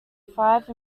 five